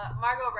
Margot